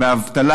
באבטלה,